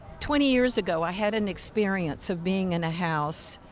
twenty years ago i had an experience of being in a house,